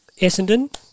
Essendon